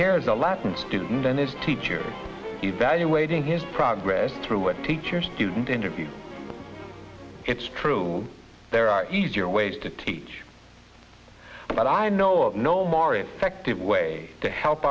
here is a latin student and his teacher evaluating his progress through a teacher student interview it's true there are easier ways to teach but i know of no more effective way to help